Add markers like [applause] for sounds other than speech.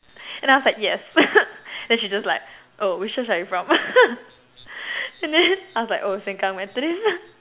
and I was like yes [laughs] and then she's like oh which church are you from [laughs] and then I was like oh Sengkang Methodist [laughs]